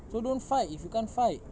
so don't fight if you can't fight